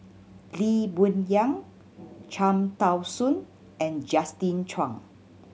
Lee Boon Yang Cham Tao Soon and Justin Zhuang